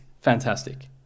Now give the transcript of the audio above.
fantastic